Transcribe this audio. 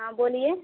हाँ बोलिए